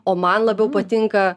o man labiau patinka